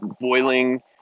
boiling